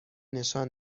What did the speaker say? نشان